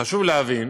חשוב להבין